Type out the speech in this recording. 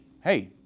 hey